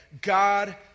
God